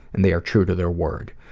and they are true to their word.